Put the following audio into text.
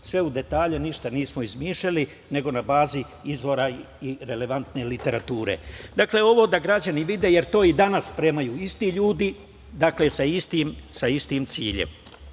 sve u detalje, ništa nismo izmišljali, nego na bazi izvora i relevantne literature. Dakle, ovo da građani vide, jer to i danas spremaju isti ljudi, dakle, sa istim ciljem. Ja